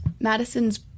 Madison's